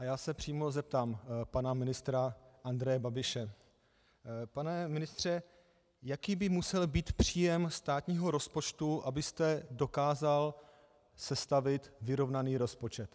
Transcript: A přímo se zeptám pana ministra Andreje Babiše: Pane ministře, jaký by musel být příjem státního rozpočtu, abyste dokázal sestavit vyrovnaný rozpočet?